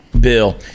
Bill